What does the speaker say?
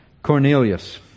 Cornelius